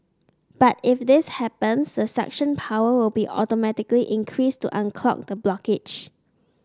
but if this happens the suction power will be automatically increased to unclog the blockage